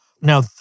now